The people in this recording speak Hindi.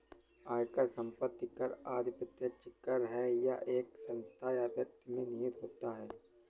आयकर, संपत्ति कर आदि प्रत्यक्ष कर है यह एक संस्था या व्यक्ति में निहित होता है